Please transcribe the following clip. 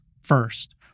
first